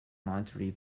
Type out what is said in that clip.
monterey